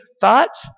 thoughts